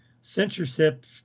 Censorship